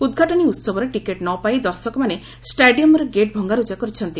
ଉଦ୍ଘାଟନୀ ଉହବର ଟିକେଟ୍ ନ ପାଇ ଦର୍ଶକମାନେ ଷ୍ଟାଡିୟମ୍ର ଗେଟ୍ ଭଙ୍ଗାରୁଜା କରିଛନ୍ତି